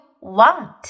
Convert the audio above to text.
want